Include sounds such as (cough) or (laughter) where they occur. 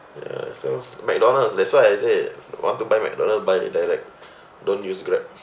ya so (noise) McDonald's that's why I say want to buy McDonald buy it direct don't use Grab